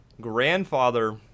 Grandfather